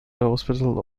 hospital